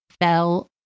fell